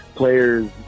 players